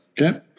Okay